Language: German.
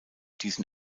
diesen